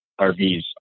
RVs